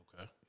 Okay